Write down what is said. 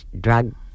drug